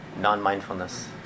non-mindfulness